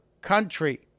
country